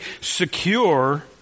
secure